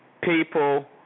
People